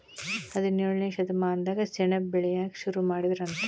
ಹದಿನೇಳನೇ ಶತಮಾನದಾಗ ಸೆಣಬ ಬೆಳಿಯಾಕ ಸುರು ಮಾಡಿದರಂತ